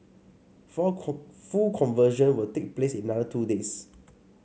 for full conversion will take place in another two days